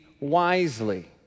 wisely